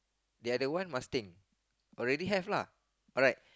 the other one must think already have lah but like